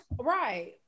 Right